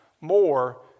more